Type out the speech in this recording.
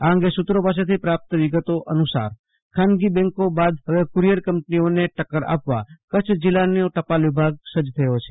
આ અંગે સુત્રો પાસૈથી પ્રાપ્ત વિગતો અનુસાર ખાનગી બેંકો બાદ હવે કુરિયર કંપનીઓને ટક્કર આપવા કરછ જીલ્લાનો ટેપાલ વિભાગ સજ્જ બન્યો છે